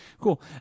Cool